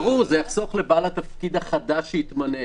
ברור, זה יחסוך לבעל התפקיד החדש שיתמנה,